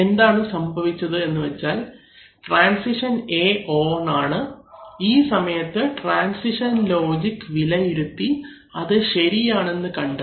എന്താണ് സംഭവിച്ചത് എന്ന് വെച്ചാൽ ട്രാൻസിഷൻ A ഓൺ ആണ് ഈ സമയത്ത് ട്രാൻസിഷൻ ലോജിക് വിലയിരുത്തി അത് ശരിയാണെന്ന് കണ്ടെത്തി